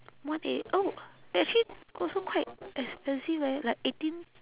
one eight oh actually also quite expensive leh like eighteen